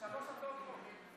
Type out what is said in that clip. יש שלוש הצעות חוק.